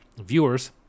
viewers